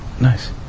Nice